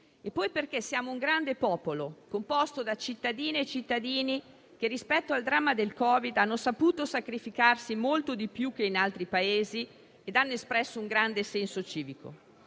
e poi perché siamo un grande popolo, composto da cittadine e cittadini, che, rispetto al dramma del Covid, ha saputo sacrificarsi molto di più che in altri Paesi e ha espresso un grande senso civico.